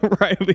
Riley